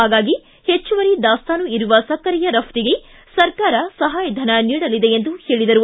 ಹಾಗಾಗಿ ಹೆಚ್ಚುವರಿ ದಾಸ್ತಾನು ಇರುವ ಸಕ್ಕರೆಯ ರಫ್ಟಿಗೆ ಸರ್ಕಾರ ಸಹಾಯಧನ ನೀಡಲಿದೆ ಎಂದು ಹೇಳಿದರು